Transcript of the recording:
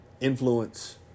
influence